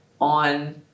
on